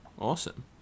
Awesome